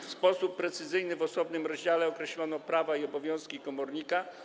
W sposób precyzyjny w osobnym rozdziale określono prawa i obowiązki komornika.